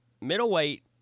middleweight